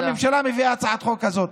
שהממשלה מביאה הצעת חוק כזאת.